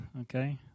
okay